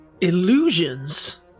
Illusions